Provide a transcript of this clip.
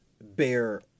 bear